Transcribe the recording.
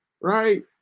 right